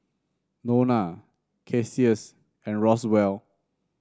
Nona Cassius and Roswell